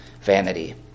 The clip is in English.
vanity